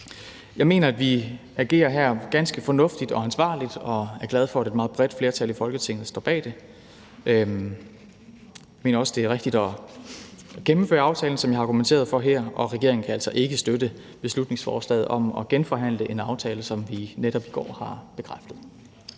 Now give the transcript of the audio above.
Jeg mener, at vi her agerer ganske fornuftigt og ansvarligt, og er glad for, at et meget bredt flertal i Folketinget står bag det. Jeg mener også, det er rigtigt at gennemføre aftalen, som jeg har argumenteret for her, og regeringen kan altså ikke støtte beslutningsforslaget om at genforhandle en aftale, som vi netop i går har bekræftet.